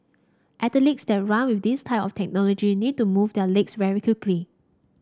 athletes that run with this type of technology need to move their legs very quickly